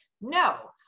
no